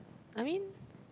I mean